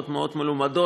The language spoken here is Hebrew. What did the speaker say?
מאוד מאוד מלומדות,